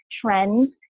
trends